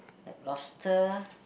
like lobster